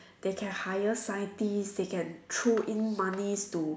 they can hire scientist they can throw in money to